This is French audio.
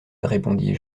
répondis